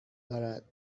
دارد